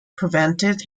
prevented